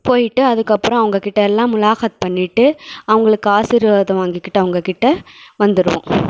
போய்விட்டு அதுக்கப்பறம் அவங்ககிட்ட எல்லாம் முலாஹத் பண்ணிகிட்டு அவங்களுக்கு ஆசீர்வாதம் வாங்கிகிட்டு அவங்ககிட்ட வந்துருவோம்